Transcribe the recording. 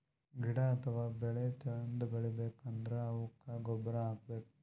ಗಿಡ ಅಥವಾ ಬೆಳಿ ಚಂದ್ ಬೆಳಿಬೇಕ್ ಅಂದ್ರ ಅವುಕ್ಕ್ ಗೊಬ್ಬುರ್ ಹಾಕ್ಬೇಕ್